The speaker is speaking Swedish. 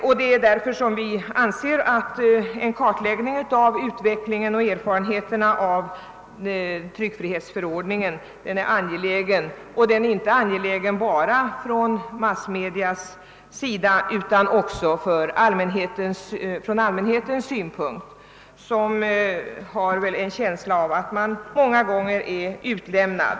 Vi anser därför att en kartläggning av utvecklingen och erfarenheterna av tryckfrihetsförordningen är angelägen, inte bara från massmedias synpunkt utan också från allmänhetens synpunkt; man har många gånger en känsla av att man är utlämnad.